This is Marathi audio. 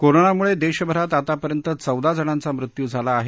कोरोनामुळे देशभरात आतापर्यंत चौदा जणांचा मृत्यू झाला आहे